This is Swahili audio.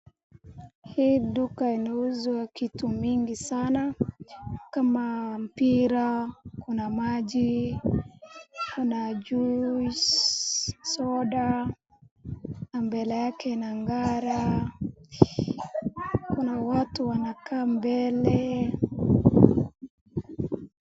Hii duka inauza kitu mingi sana, kama mpira, kuna maji, kuna juice ,soda na mbele yake inang'ara, kuna watu wanakaa mbele.